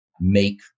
make